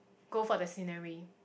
go for the scenery